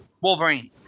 Wolverine